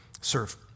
serve